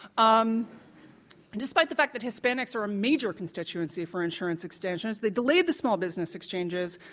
um and despite the fact that hispanics are a major constituency for insurance expansion. they delayed the small business exchanges.